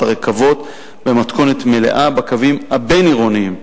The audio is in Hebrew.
הרכבות במתכונת מלאה בקווים הבין-עירוניים,